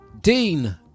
Dean